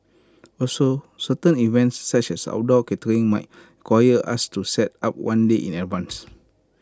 also certain events such as outdoor catering might quire us to set up one day in advance